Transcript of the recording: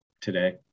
today